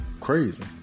crazy